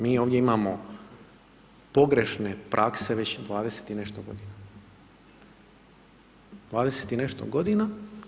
Mi ovdje imamo pogrešne prakse već 20 i nešto godina, 20 i nešto godina.